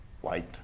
white